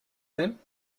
then